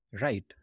Right